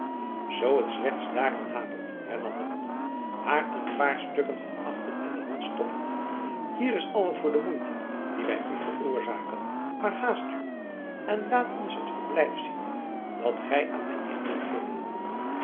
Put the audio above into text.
zoo het slechts daaraan hapert hernam de monnik haar een paar stukken van achten in de hand stoppende hier is al wat voor de moeite die wij u veroorzaken maar haast u en laat ons het verblijf zien dat gij aan mijn nicht wilt geven